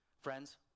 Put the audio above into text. Friends